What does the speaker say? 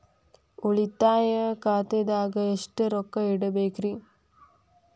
ಉಳಿತಾಯ ಖಾತೆದಾಗ ಎಷ್ಟ ರೊಕ್ಕ ಇಡಬೇಕ್ರಿ?